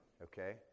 Okay